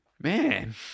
Man